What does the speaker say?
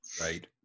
Right